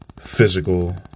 physical